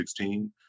2016